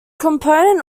component